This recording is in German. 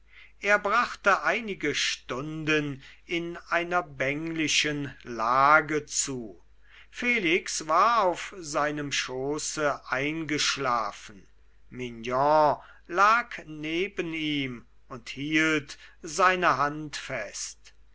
er brachte einige stunden in einer bänglichen lage zu felix war auf seinem schoße eingeschlafen mignon lag neben ihm und hielt seine hand fest